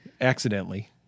accidentally